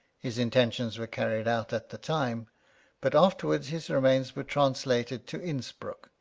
his intentions were carried out at the time but afterwards his remains were translated to inspruck,